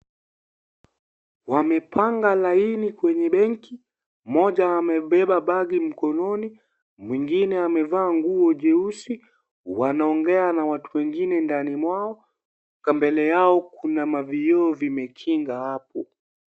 Wamepanga laini kwenye benki. Mmja amebeba bagi mkononi, mwengine amevaa nguo jeusi, wanaongea na watu wengine ndani mwao, mbele yao kuna mavioo vimekinga hapo.